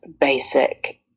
basic